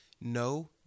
no